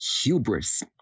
hubris